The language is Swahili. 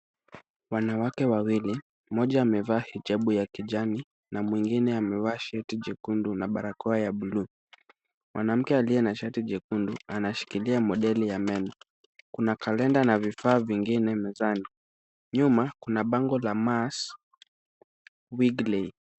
Wanawake wawili, mmoja amevaa hijabu ya kijani na mwingine amevaa shati jekundu na barakoa ya buluu. Mwanamke aliye na shati jekundu, anashikilia modeli ya meno. Kuna kalenda na vifaa vingine mezani. Nyuma kuna bango la Mass Wrigley.